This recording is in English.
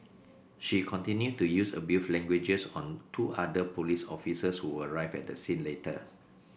she continued to use abusive language on two other police officers who arrived at the scene later